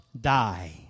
die